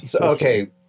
Okay